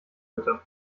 bitte